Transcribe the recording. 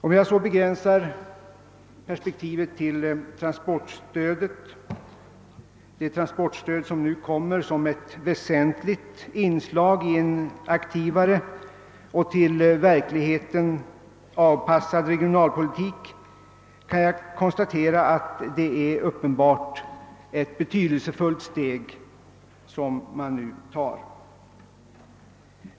Om jag begränsar perspektivet till det transportstöd, som kommer som ett väsentligt inslag i en mera aktiv och till verkligheten avpassad regionalpolitik, kan jag konstatera att det uppenbart är ett betydelsefullt steg som man nu tar.